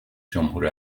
جمهور